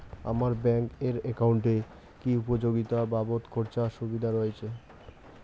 আমার ব্যাংক এর একাউন্টে কি উপযোগিতা বাবদ খরচের সুবিধা রয়েছে?